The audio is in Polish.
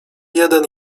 jeden